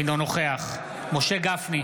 אינו נוכח משה גפני,